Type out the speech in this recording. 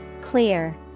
Clear